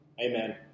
amen